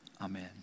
amen